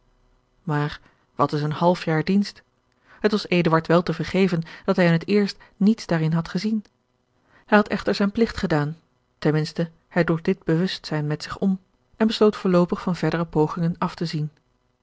maar wat is een half jaar dienst het was eduard wel te vergeven dat hij in het eerst niets daarin had gezien hij had echter zijn pligt gedaan ten minste hij droeg dit bewustzijn met zich om en besloot voorloopig van verdere pogingen af te zien